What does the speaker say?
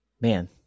Man